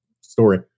story